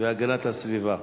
והגנת הסביבה.